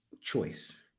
choice